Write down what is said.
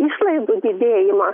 išlaidų didėjimą